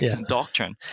doctrine